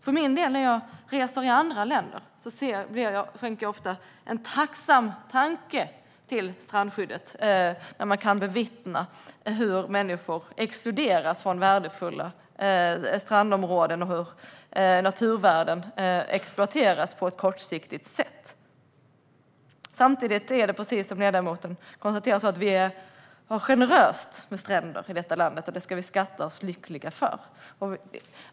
För min del skänker jag ofta, när jag reser i andra länder, en tacksam tanke till strandskyddet, när man kan bevittna hur människor exkluderas från värdefulla strandområden och hur naturvärden exploateras på ett kortsiktigt sätt. Samtidigt har vi, precis som ledamoten konstaterar, generöst med stränder i detta land, och det ska vi skatta oss lyckliga för.